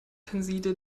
tenside